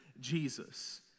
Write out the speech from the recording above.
Jesus